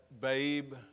babe